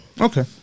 Okay